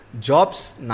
Jobs